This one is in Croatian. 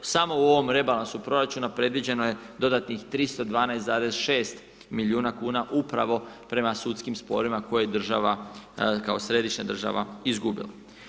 Samo u ovom rebalansu proračuna, predviđeno je dodatnih 312,6 milijuna kn, upravo prema sudskim sporovima, koje država, kao središnja država izgubila.